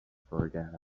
forget